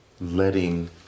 letting